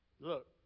look